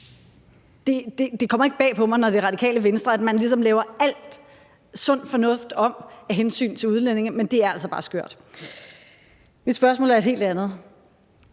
Det kommer ikke bag på mig, når Radikale Venstre ligesom laver al sund fornuft om af hensyn til udlændinge, men det er altså bare skørt. Mit spørgsmål er et helt andet.